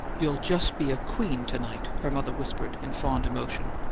you'll just be a queen to-night, her mother whispered in fond emotion.